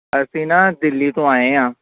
ਅਸੀਂ ਨਾ ਦਿੱਲੀ ਤੋਂ ਆਏ ਹਾਂ